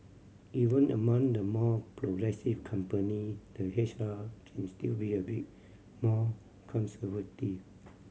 even among the more progressive company the H R can still be a bit more conservative